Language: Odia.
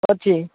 ଅଛି